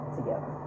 together